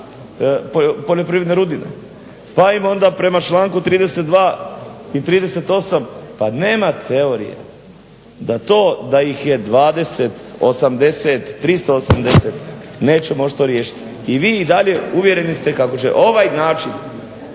poljoprivredne rudine, pa ima onda prema članku 32. i 38. pa nema teorije da to da ih je 20, 80, 380 neće moći to riješiti. I vi i dalje uvjereni ste kako će ovaj način